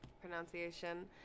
pronunciation